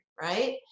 right